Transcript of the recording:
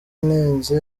yanenze